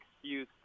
excuse